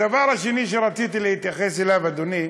הדבר השני שרציתי להתייחס אליו, אדוני,